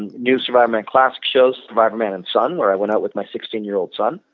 and new survivorman classic shows, survivorman and son where i went out with my sixteen year old son,